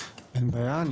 אין בעיה.